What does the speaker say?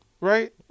Right